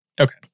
Okay